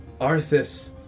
Arthas